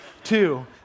Two